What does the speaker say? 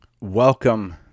Welcome